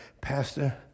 Pastor